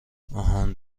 آهان